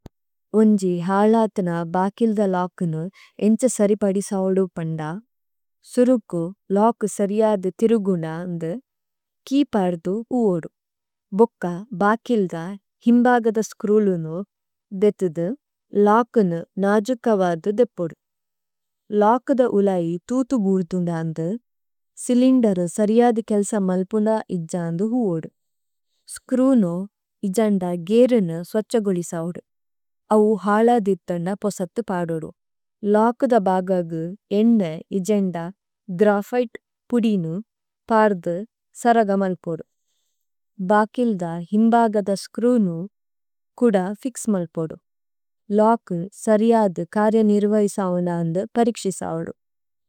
ഒംജി ഹാലാത്ന ബാകില്ദ ലാക്കുനു എംച സരിപാഡിസാവഡു പണ്ഡാ, സുരുക്കു ലാക്കു സരിയാദു തിരുഗുന്നാംദു കിപാര്ദു ഹൂവോഡു। ബൊക്കാ ബാകില്ദ ഹിംബാഗദ സ്ക്രൂലുനു ദേതിദ ലാക്കുനു നാജുകവാദു ദേപൊരു। ലാക്കുദ ഉളായി തൂതു ബൂര്ദുന്നാംദു സിലിംഡരു സരിയാദു കെല്സമല്പുണ ഇജാന്നു ഹൂവോഡു। സ്ക്രൂനു ഇജാന്നാ ഗേരിനു സ്വച്ചഗുളിസാവുദു। അവു ഹാലാദിദ്ധന്ന പൊസത്തു പാഡുദു। ലാകുദ ബാഗദു എണ്നെ ഇജന്നാ ഗ്രാഫായ്ട് പുഡിനു പാര്ധു സരഗമല്പുദു। ബാകില്ദ ഹിംബാഗദ സ്ക്രൂനു കൂഡാ ഫിക്സമല്പുദു। ലാകു സരിയാദു കാര്യ നിര്വയിസാ� പരിക്ഷി സാവരു।